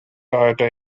toyota